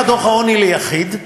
מה מדד העוני ליחיד?